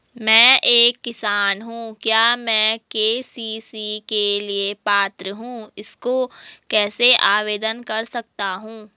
मैं एक किसान हूँ क्या मैं के.सी.सी के लिए पात्र हूँ इसको कैसे आवेदन कर सकता हूँ?